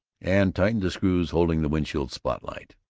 and tightened the screws holding the wind-shield spot-light.